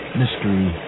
mystery